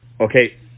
Okay